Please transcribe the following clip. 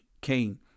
Cain